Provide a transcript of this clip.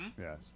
Yes